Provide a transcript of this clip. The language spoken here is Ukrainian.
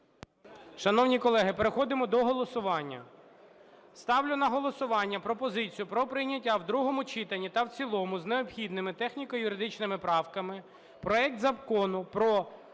Шановні колеги, переходимо до голосування. Ставлю на голосування пропозицію про прийняття в другому читанні та в цілому з необхідними техніко-юридичними правками проект Закону про